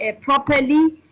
properly